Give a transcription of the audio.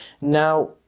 now